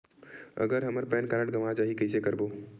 अगर हमर PAN card गवां जाही कइसे करबो?